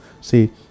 See